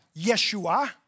Yeshua